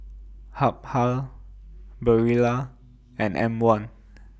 Habhal Barilla and M one